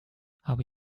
habe